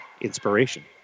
inspiration